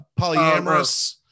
polyamorous